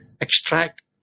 extract